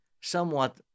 somewhat